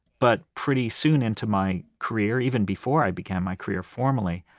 but pretty soon into my career, even before i began my career formally,